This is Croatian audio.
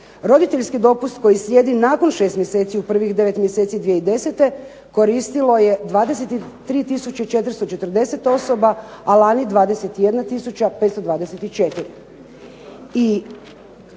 Roditeljski dopust koji slijedi nakon 6 mjeseci u prvih 9 mjeseci 2010. koristilo je 23 tisuće 440 osoba, a lani 21